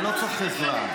אני לא צריך עזרה.